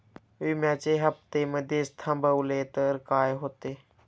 विम्याचे हफ्ते मधेच थांबवले तर काय होते?